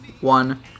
one